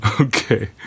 Okay